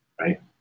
Right